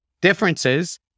differences